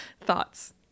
thoughts